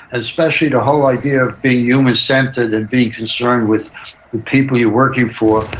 especially the whole idea of being human centered and being concerned with the people you're working for.